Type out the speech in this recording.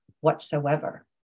whatsoever